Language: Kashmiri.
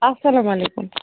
اَسَلام علیکُم